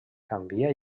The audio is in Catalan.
canvia